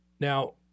Now